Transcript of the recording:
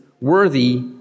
worthy